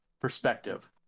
perspective